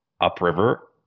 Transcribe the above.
upriver